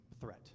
threat